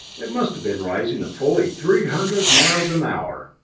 it must have been rising at fully three hundred miles an hour!